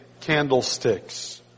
candlesticks